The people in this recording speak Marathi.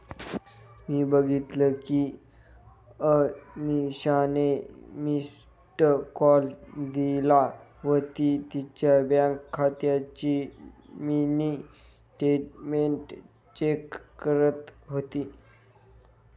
मी बघितल कि अमीषाने मिस्ड कॉल दिला व ती तिच्या बँक खात्याची मिनी स्टेटमेंट चेक करत होती